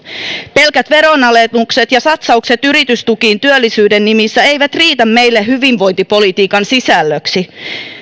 pelkät veronalennukset ja satsaukset yritystukiin työllisyyden nimissä eivät riitä meille hyvinvointipolitiikan sisällöksi